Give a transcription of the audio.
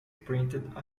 printed